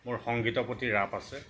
মোৰ সংগীতৰ প্ৰতি ৰাপ আছে